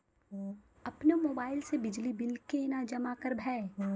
अपनो मोबाइल से बिजली बिल केना जमा करभै?